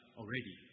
already